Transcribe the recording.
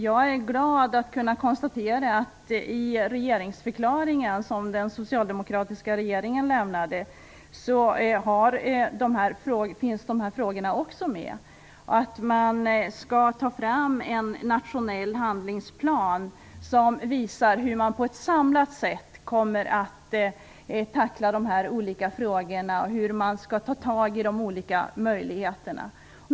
Jag är glad över att de här frågorna också finns med i den regeringsförklaring som den socialdemokratiska regeringen avlämnat och över att en nationell handlingsplan skall tas fram som visar hur man på ett samlat sätt kommer att tackla de olika frågorna och hur man skall ta tag i de olika möjligheterna.